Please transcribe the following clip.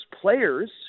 players